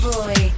Boy